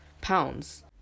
pounds